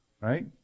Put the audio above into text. Right